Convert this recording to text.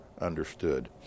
understood